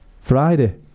Friday